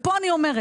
ופה אני אומרת,